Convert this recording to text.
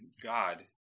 god